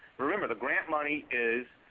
remember, the grant money is